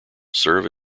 serve